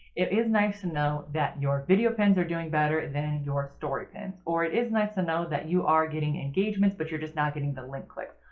it is nice to know that your video pins are doing better than your story pins or it is nice to know that you are getting engagements but you're just not getting the link clicks.